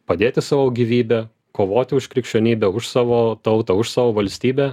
padėti savo gyvybę kovoti už krikščionybę už savo tautą už savo valstybę